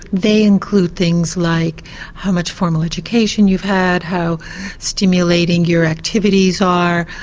they include things like how much formal education you've had, how stimulating your activities are.